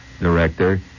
director